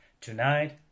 Tonight